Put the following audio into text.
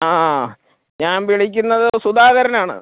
ആ ഞാന് വിളിക്കുന്നത് സുധാകരനാണ്